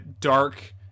dark